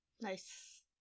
Nice